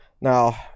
Now